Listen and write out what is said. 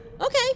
Okay